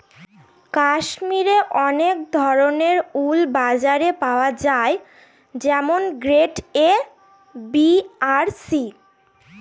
কাশ্মিরে অনেক ধরনের উল বাজারে পাওয়া যায় যেমন গ্রেড এ, বি আর সি